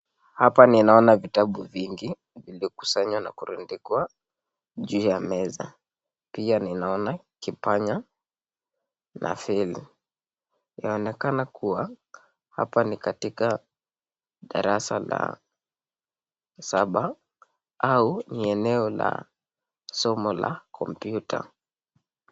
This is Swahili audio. Hapa ninaona vitabu vingi viliokusanywa na kurundikwa juu ya meza, pia ninaona kipanya na feli, inaonekana kuwa hapa ni katika darasa la sabab au ni eneo la somo la kompyuta.